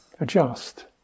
adjust